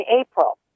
April